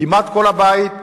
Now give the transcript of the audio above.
כמעט כל הבית.